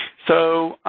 so,